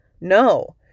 no